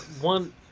One